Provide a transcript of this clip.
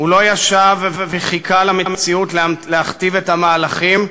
הוא לא ישב וחיכה למציאות שתכתיב את המהלכים,